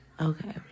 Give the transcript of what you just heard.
okay